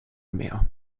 mehr